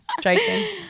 Joking